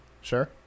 Sure